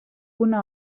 una